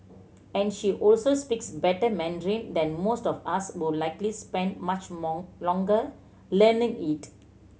and she also speaks better Mandarin than most of us who likely spent much more longer learning it